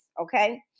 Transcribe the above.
okay